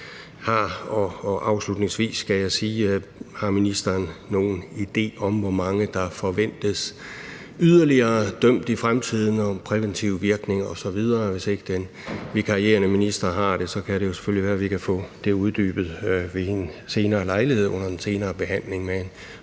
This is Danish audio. spørge, om ministeren har nogen idé om, hvor mange der forventes yderligere dømt i fremtiden, den præventive virkning osv. Hvis ikke den vikarierende minister har det, kan det selvfølgelig være, at vi kan få det uddybet ved en senere lejlighed under en senere behandling.